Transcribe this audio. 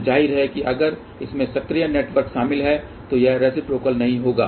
तो ज़ाहिर है कि अगर इसमें सक्रिय नेटवर्क शामिल है तो यह रेसिप्रोकल नहीं होगा